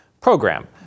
program